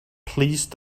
please